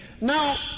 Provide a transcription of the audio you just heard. Now